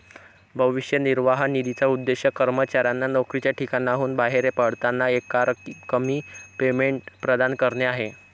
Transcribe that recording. भविष्य निर्वाह निधीचा उद्देश कर्मचाऱ्यांना नोकरीच्या ठिकाणाहून बाहेर पडताना एकरकमी पेमेंट प्रदान करणे आहे